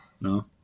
no